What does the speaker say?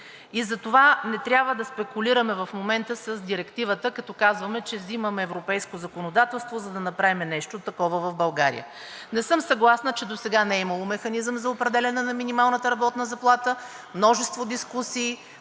в момента не трябва да спекулираме с Директивата, като казваме, че взимаме европейско законодателство, за да направим нещо такова в България. Не съм съгласна, че досега не е имало механизъм за определяне на минималната работна заплата. Имаше множество дискусии.